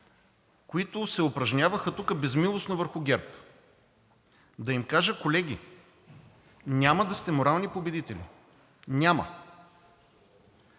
които се упражняваха тук безмилостно върху ГЕРБ, да им кажа: колеги, няма да сте морални победители. Няма.